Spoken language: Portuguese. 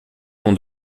com